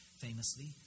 Famously